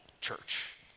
church